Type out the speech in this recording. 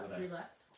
three left.